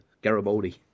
Garibaldi